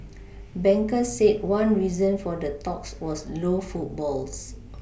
bankers said one reason for the talks was low footfalls